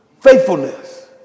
Faithfulness